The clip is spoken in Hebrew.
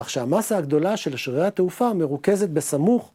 כך שהמסה הגדולה של שרירי התעופה מרוכזת בסמוך...